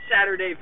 Saturday